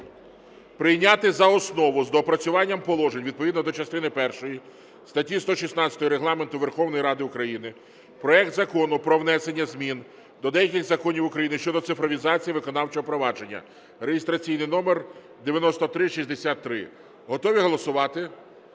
прийняти за основу з доопрацюванням положень відповідно до частини першої статті 116 Регламенту Верховної Ради України проект Закону про внесення змін до деяких законів України щодо цифровізації виконавчого провадження (реєстраційний номер 9363). Готові голосувати?